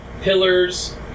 pillars